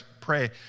pray